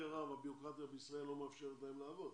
הרב הבירוקרטיה בישראל לא מאפשרת להם לעבוד.